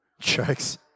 Jokes